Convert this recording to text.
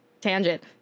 tangent